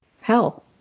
hell